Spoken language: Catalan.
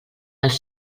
els